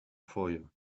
foyer